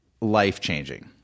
life-changing